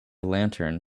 lantern